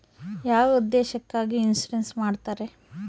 ಯಾವ ಉದ್ದೇಶಕ್ಕಾಗಿ ಇನ್ಸುರೆನ್ಸ್ ಮಾಡ್ತಾರೆ?